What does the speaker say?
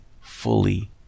fully